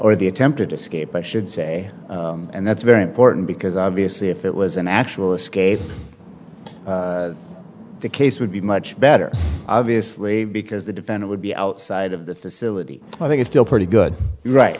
or the attempted escape i should say and that's very important because obviously if it was an actual escape the case would be much obviously because the defend it would be outside of the facility i think it's still pretty good right